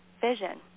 vision